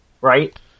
right